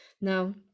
now